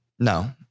No